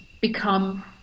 become